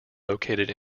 located